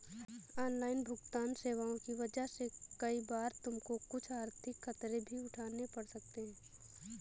online भुगतन्न सेवाओं की वजह से कई बार तुमको कुछ आर्थिक खतरे भी उठाने पड़ सकते हैं